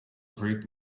read